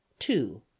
two